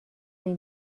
این